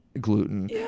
gluten